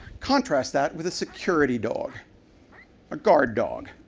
contrasted that with a security dog, a guard dog.